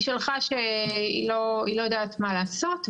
אחת המורות שלחה שהיא לא יודעת מה לעשות,